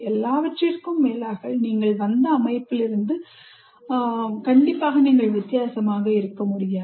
எல்லாவற்றிற்கும் மேலாக நீங்கள் வந்த அமைப்பிலிருந்து நீங்கள் வித்தியாசமாக இருக்க முடியாது